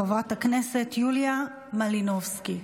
חברת הכנסת יוליה מלינובסקי.